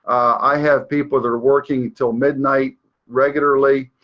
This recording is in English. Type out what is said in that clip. i have people that are working till midnight regularly.